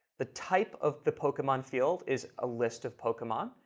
the type of the pokemon field is a list of pokemon,